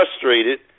frustrated